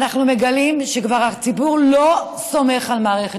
אנחנו מגלים שהציבור כבר לא סומך על מערכת